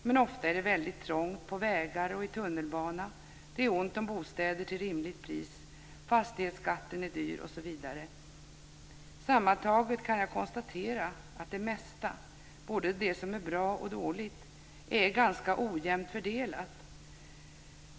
Men ofta är det väldigt trångt på vägar och i tunnelbana. Det är ont om bostäder till rimligt pris, fastighetsskatten är dyr osv. Sammantaget kan vi konstatera att det mesta, både det som är bra och dåligt, är ganska ojämnt fördelat.